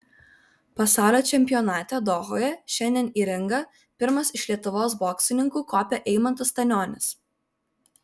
pasaulio čempionate dohoje šiandien į ringą pirmas iš lietuvos boksininkų kopė eimantas stanionis